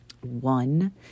One